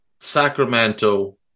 Sacramento